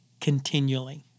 continually